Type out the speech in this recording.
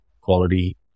quality